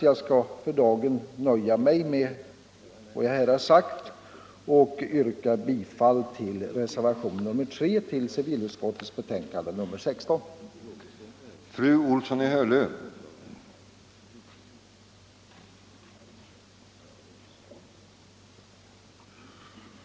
Jag skall för dagen nöja mig med vad jag här har anfört och yrka bifall till den vid civilutskottets betänkande nr 16 fogade reservationen 3.